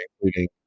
including